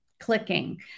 Clicking